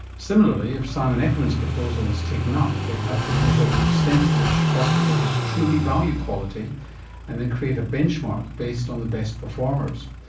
similarly if simon eckermann's proposal is taken up, they'd have to measure the extent to which hospitals truly value quality and then create a benchmark based on the best performers.